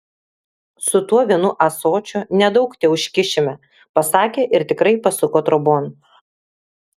su tuo vienu ąsočiu nedaug teužkišime pasakė ir tikrai pasuko trobon